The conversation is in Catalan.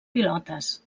pilotes